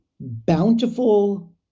bountiful